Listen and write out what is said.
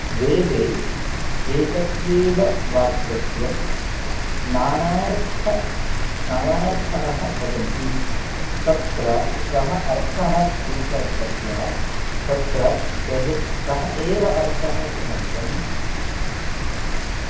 वेदे एकस्यैव वाक्यस्य नानार्थाः नानार्थाः भवन्ति तत्र कः अर्थः स्वीकर्तव्यः तत्र सहे सः एव अर्थः किमर्थम्